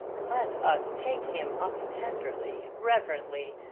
let us take him up tenderly, reverently,